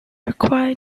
required